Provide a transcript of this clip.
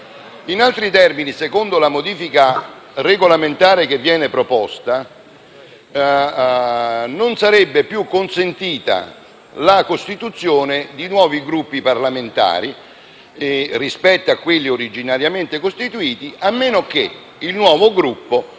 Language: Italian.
In altri termini, secondo la modifica regolamentare che viene proposta, non sarebbe più consentita la costituzione di nuovi Gruppi parlamentari rispetto a quelli originariamente costituiti, a meno che il nuovo Gruppo